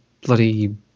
bloody